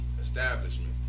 establishment